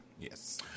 Yes